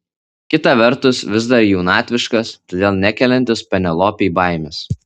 kita vertus vis dar jaunatviškas todėl nekeliantis penelopei baimės